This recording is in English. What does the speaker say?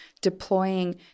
deploying